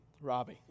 Robbie